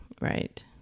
Right